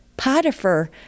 Potiphar